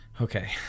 Okay